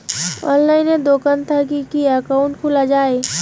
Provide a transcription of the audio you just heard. অনলাইনে দোকান থাকি কি একাউন্ট খুলা যায়?